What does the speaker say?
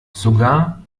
sogar